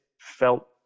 felt